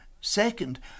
Second